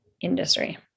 industry